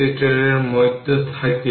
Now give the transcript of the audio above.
সুতরাং এটি 100 ভোল্ট হবে